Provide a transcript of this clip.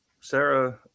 sarah